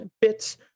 bits